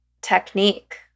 technique